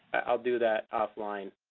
i'll do that offline.